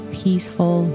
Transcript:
peaceful